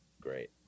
Great